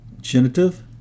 Genitive